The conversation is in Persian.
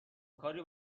کاری